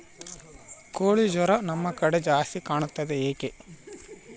ಕೋಳಿ ಜ್ವರ ನಮ್ಮ ಕಡೆ ಜಾಸ್ತಿ ಕಾಣುತ್ತದೆ ಏಕೆ?